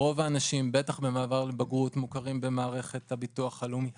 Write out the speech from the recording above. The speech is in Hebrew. רוב האנשים בטח במעבר לבגרות מוכרים במערכת הביטוח הלאומי,